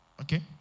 okay